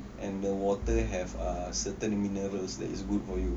and the water have err certain minerals that is good for you